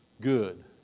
good